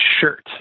shirt